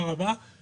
(מלווה את דבריו בהקרנת מצגת)